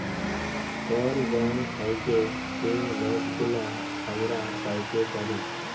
call bank থ্যাইকে যে লটগুলা আমরা প্যাইতে পারি